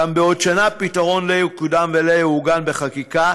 גם בעוד שנה פתרון לא יקודם ולא יעוגן בחקיקה,